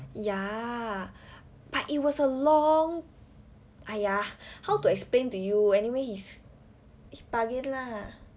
ya but it was a long !aiya! how to explain to you anyway he he bargain lah